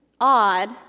odd